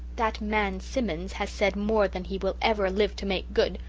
that man simonds has said more than he will ever live to make good,